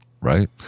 Right